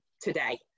today